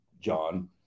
John